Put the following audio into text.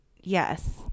Yes